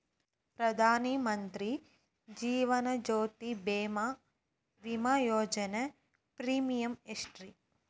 ಪ್ರಧಾನ ಮಂತ್ರಿ ಜೇವನ ಜ್ಯೋತಿ ಭೇಮಾ, ವಿಮಾ ಯೋಜನೆ ಪ್ರೇಮಿಯಂ ಎಷ್ಟ್ರಿ?